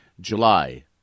July